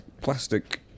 plastic